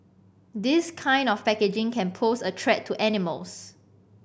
this kind of packaging can pose a track to animals